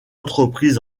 entreprise